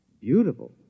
Beautiful